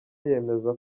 yemeza